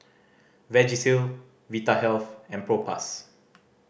Vagisil Vitahealth and Propass